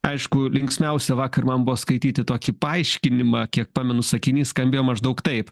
aišku linksmiausia vakar man buvo skaityti tokį paaiškinimą kiek pamenu sakinys skambėjo maždaug taip